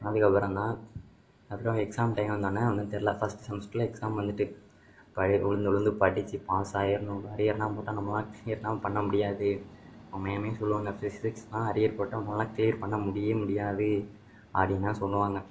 அதுக்கப்புறந்தான் அப்புறம் exam time வந்தோன்னே ஒன்றும் தெரில ஃபஸ்ட் செமஸ்ட்ரிலே எக்ஸாம் வந்துட்டு பழையபடி உழுந்து உழுந்து படித்து பாஸ் ஆகிரணும் அரியரெல்லாம் போட்டால் நம்மளால் க்ளியரெல்லாம் பண்ண முடியாது மேமே சொல்லுவாங்க ஃபிசிக்ஸெல்லாம் அரியர் போட்டால் ஒன்றாலல்லாம் க்ளீயர் பண்ண முடியவே முடியாது அப்படின்லாம் சொல்லுவாங்க